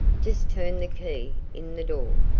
just turn the key in the door.